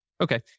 Okay